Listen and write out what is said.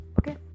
okay